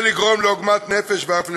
ולגרום עוגמת נפש ואף נזק.